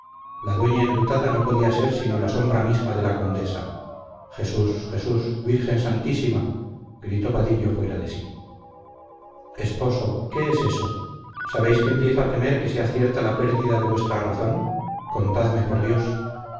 la dueña enlutada no podía ser sino la sombra misma de la condesa jesús jesús virgen santísima gritó vadillo fuera de sí esposo qué es eso sabéis que empiezo a temer que sea cierta la pérdida de vuestra razón contadme por dios